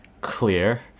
clear